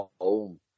home